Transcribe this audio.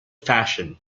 fashion